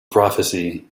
prophecy